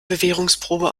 bewährungsprobe